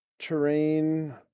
terrain